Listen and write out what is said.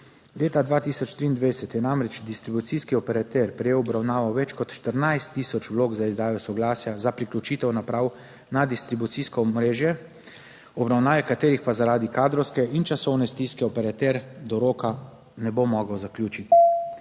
Leta 2023 je namreč distribucijski operater prejel v obravnavo več kot 14000 vlog za izdajo soglasja za priključitev naprav na distribucijsko omrežje, obravnave katerih pa zaradi kadrovske in časovne stiske operater do roka ne bo mogel zaključiti.